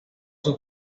sus